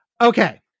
Okay